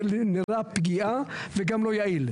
זה נראה פוגע וגם לא יעיל.